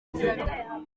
nyuma